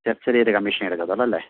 ചെറിയൊരു കമ്മീഷനെ എടുക്കത്തുള്ളു അല്ലെ